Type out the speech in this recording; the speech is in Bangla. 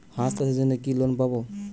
হাঁস চাষের জন্য কি লোন পাব?